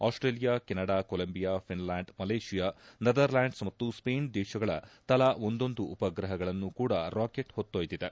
Australia Canada Colombia Finland Malaysia Netherlands ಮತ್ತು Spain ದೇಶಗಳ ತಲಾ ಒಂದೊಂದು ಉಪಗ್ರಹಗಳನ್ನು ಕೂಡ ರಾಕೆಟ್ ಕೊಂಡೊಯ್ದಿದೆ